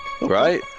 Right